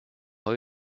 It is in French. eux